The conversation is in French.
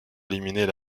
éliminer